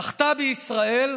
נחתה בישראל,